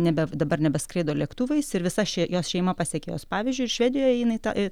nebe dabar nebeskraido lėktuvais ir visa še jos šeima pasekė jos pavyzdžiu ir švedijoje jinai ta